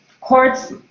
Courts